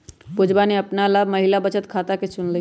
पुजवा ने अपना ला महिला बचत खाता के चुन लय